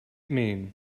mean